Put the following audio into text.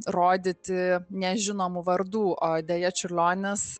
rodyti nežinomų vardų o deja čiurlionis